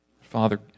Father